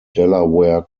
delaware